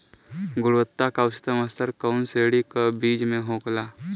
गुणवत्ता क उच्चतम स्तर कउना श्रेणी क बीज मे होला?